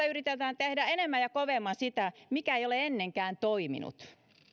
yritetään tehdä enemmän ja kovemmin sitä mikä ei ole ennenkään toiminut